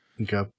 Okay